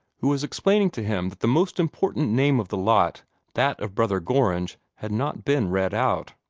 who was explaining to him that the most important name of the lot that of brother gorringe had not been read out.